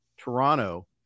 Toronto